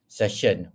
session